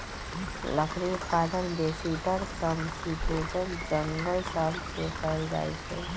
लकड़ी उत्पादन बेसीतर समशीतोष्ण जङगल सभ से कएल जाइ छइ